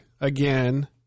again